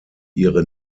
ihre